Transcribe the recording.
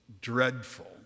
dreadful